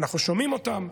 אנחנו שומעים אותם,